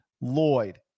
Lloyd